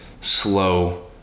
slow